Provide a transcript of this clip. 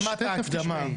הייתה רק הקדמה.